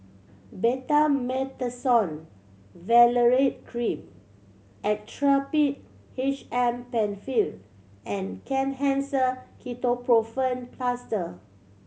Betamethasone Valerate Cream Actrapid H M Penfill and Kenhancer Ketoprofen Plaster